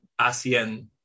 ASEAN